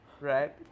Right